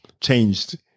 changed